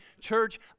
church